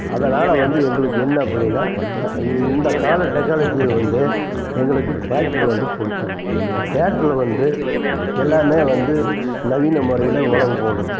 அதனால் வந்து எங்களுக்கு என்ன அப்படின்னா இந்த கால டெக்கனாலஜியில் வந்து எங்களுக்கு டிராக்டர் வந்து பிடிச்சது டிராக்டர் வந்து எல்லாமே வந்து நவீன முறையில் உழவு போடுது